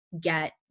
get